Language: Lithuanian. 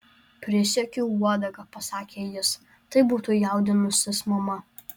prisiekiu uodega pasakė jis tai būtų jaudinusis mama